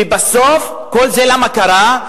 ובסוף למה כל זה קרה?